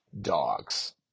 dogs